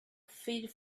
feed